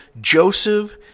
Joseph